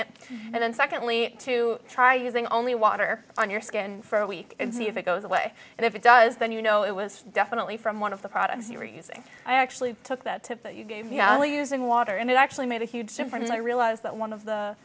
it and then secondly to try using only water on your skin for a week and see if it goes away and if it does then you know it was definitely from one of the products you were using i actually took that tip that you gave you know using water and it actually made a huge difference i realize that one of the